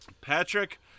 Patrick